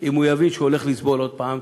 אם הוא לא יבין שהוא הולך לסבול עוד הפעם,